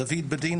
שמי דוד בדין,